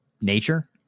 nature